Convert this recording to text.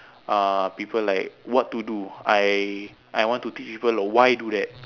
uh people like what to do I I want to teach people why do that